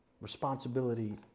responsibility